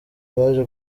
baje